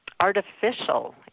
artificial